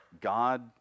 God